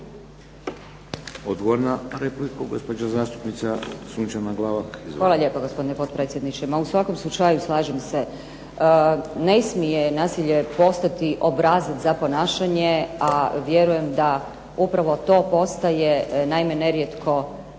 Sunčana Glavak. **Glavak, Sunčana (HDZ)** Hvala lijepo gospodine potpredsjedniče, u svakom slučaju slažem se ne smije nasilje postati obrazac za ponašanje a vjerujem da upravo to postaje nerijetko,